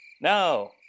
No